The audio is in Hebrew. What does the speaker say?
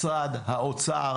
משרד האוצר,